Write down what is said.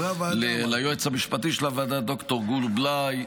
ליועץ המשפטי של הוועדה ד"ר גור בליי